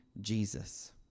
Jesus